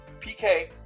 PK